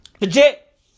Legit